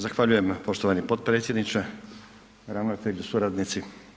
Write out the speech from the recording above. Zahvaljujem poštovani potpredsjedniče, ravnatelju, suradnici.